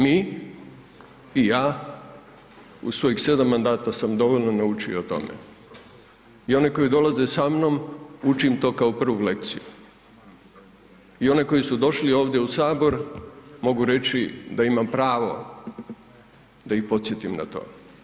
Mi i ja u svojih 7 mandata sam dovoljno naučio o tome i one koji dolaze sa mnom učim to kao prvu lekciju i one koji su došli ovdje u sabor mogu reći da imam pravo da ih podsjetim na to.